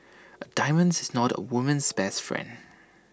A diamonds is not A woman's best friend